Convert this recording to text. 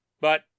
But